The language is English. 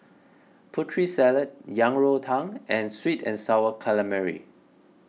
Putri Salad Yang Rou Tang and Sweet and Sour Calamari